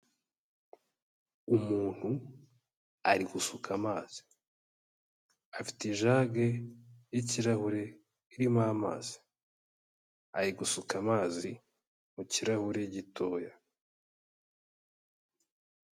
Umuntu ari gusuka amazi, afite ijage y'ikirahure irimo amazi, ari gusuka amazi mu kirahure gitoya.